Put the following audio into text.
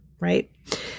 right